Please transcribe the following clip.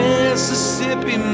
Mississippi